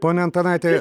pone antanaiti